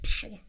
power